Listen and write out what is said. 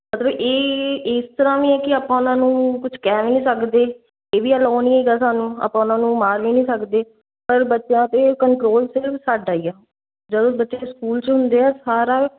ਮਤਲਬ ਇਹ ਇਸ ਤਰ੍ਹਾਂ ਵੀ ਕਿ ਆਪਾਂ ਉਹਨਾਂ ਨੂੰ ਕੁਛ ਕਹਿ ਵੀ ਨਹੀਂ ਸਕਦੇ ਇਹ ਵੀ ਅਲੋਅ ਨਹੀਂ ਹੈਗਾ ਸਾਨੂੰ ਆਪਾਂ ਉਹਨਾਂ ਨੂੰ ਮਾਰ ਵੀ ਨਹੀਂ ਸਕਦੇ ਪਰ ਬੱਚਿਆਂ 'ਤੇ ਕੰਟਰੋਲ ਸਿਰਫ ਸਾਡਾ ਹੀ ਆ ਜਦੋਂ ਬੱਚੇ ਸਕੂਲ 'ਚ ਹੁੰਦੇ ਆ ਸਾਰਾ